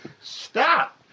Stop